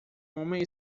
homem